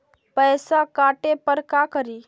पैसा काटे पर का करि?